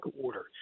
order